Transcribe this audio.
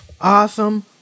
Awesome